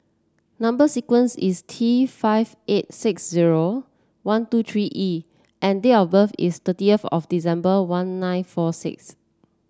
number sequence is T five eight six zero one two three E and date of birth is thirtieth of December one nine four six